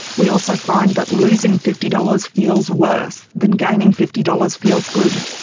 we also find that losing fifty dollars feels worse than gaining fifty dollars feels good.